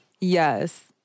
Yes